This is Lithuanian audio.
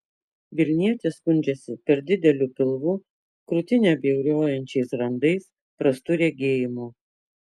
vilnietė skundžiasi per dideliu pilvu krūtinę bjaurojančiais randais prastu regėjimu